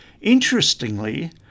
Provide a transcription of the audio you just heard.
Interestingly